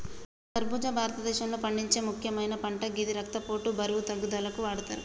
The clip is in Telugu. ఖర్బుజా భారతదేశంలో పండించే ముక్యమైన పంట గిది రక్తపోటు, బరువు తగ్గుదలకు వాడతరు